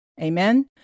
Amen